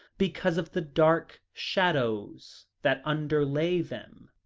because of the dark shadows that underlay them.